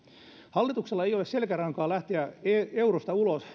hallituksella ei ole selkärankaa lähteä eurosta ulos